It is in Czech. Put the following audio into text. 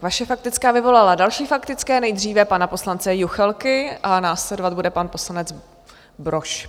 Vaše faktická vyvolala další faktické, nejdříve pana poslance Juchelky a následovat bude pan poslanec Brož.